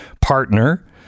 partner